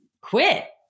quit